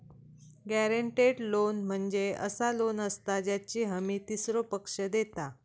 guaranteed loan म्हणजे असा loan असता ज्याची हमी तीसरो पक्ष देता